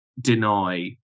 deny